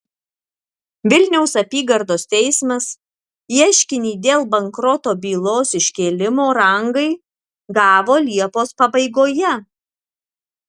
vilniaus apygardos teismas ieškinį dėl bankroto bylos iškėlimo rangai gavo liepos pabaigoje